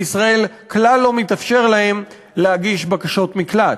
שבישראל כלל לא מתאפשר להם להגיש בקשות מקלט.